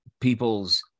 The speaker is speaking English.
Peoples